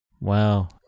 Wow